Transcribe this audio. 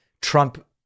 Trump